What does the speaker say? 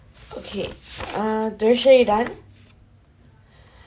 okay uh do you sure you done